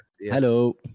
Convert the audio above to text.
Hello